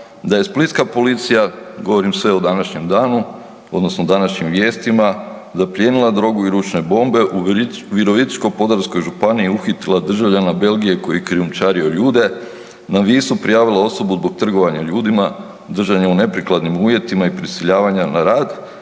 da je splitska policija govorim sve o današnjem danu odnosno današnjim vijestima zaplijenila drogu i ručne bombe, u Virovitičko-podravskoj županiji uhitila državljana Belgije koji je krijumčario ljude, na Visu prijavila osobu zbog trgovanja ljudima, držanja u neprikladnim uvjetima i prisiljavanja na rad,